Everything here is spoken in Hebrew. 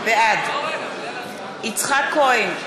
בעד יצחק כהן,